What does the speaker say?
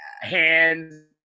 Hands